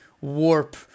warp